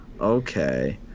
Okay